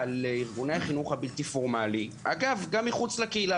לארגוני החינוך הבלתי פורמלי גם מחוץ לקהילה.